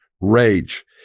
rage